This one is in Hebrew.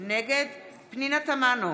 נגד פנינה תמנו,